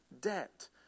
debt